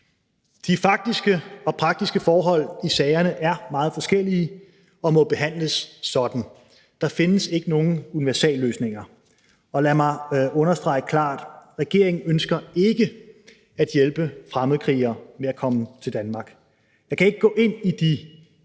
De faktiske og praktiske forhold i sagerne er meget forskellige og må behandles sådan. Der findes ikke nogen universalløsninger. Og lad mig understrege klart: Regeringen ønsker ikke at hjælpe fremmedkrigere med at komme til Danmark. Jeg kan ikke gå ind i de